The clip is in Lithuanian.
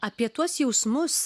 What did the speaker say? apie tuos jausmus